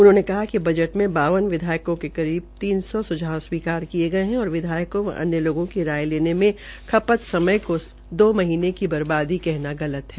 उन्होंने कहा कि बजट में बावन विधायकों के करीब तीन सौ सुझाव स्वीकार किये गये है और विधायकों व अन्य लोगों की राय लेने में खपत समय को दो महीनें की बर्बादी करना गलत है